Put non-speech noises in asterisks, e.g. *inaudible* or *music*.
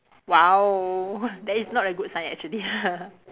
!wow! that is not a good sign actually *laughs*